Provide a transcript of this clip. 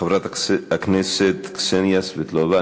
חברת הכנסת קסניה סבטלובה.